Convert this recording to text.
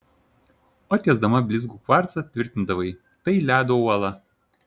o tiesdama blizgų kvarcą tvirtindavai tai ledo uola